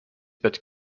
but